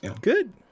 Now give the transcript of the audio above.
Good